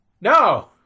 No